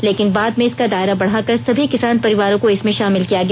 लेकिन बाद में इसका दायरा बढ़ाकर सभी किसान परिवारों को इसमें शामिल किया गया